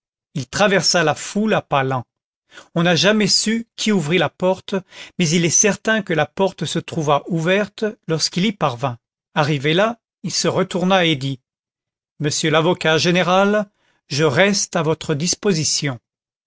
il traversa la foule à pas lents on n'a jamais su qui ouvrit la porte mais il est certain que la porte se trouva ouverte lorsqu'il y parvint arrivé là il se retourna et dit monsieur l'avocat général je reste à votre disposition